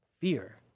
fear